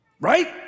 Right